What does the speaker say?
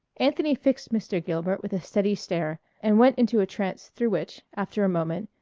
anthony fixed mr. gilbert with a steady stare and went into a trance through which, after a moment,